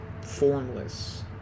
formless